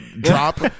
drop